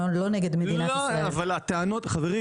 לא נגד המדינה -- אבל חברים,